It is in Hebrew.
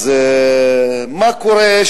אז מה שקורה,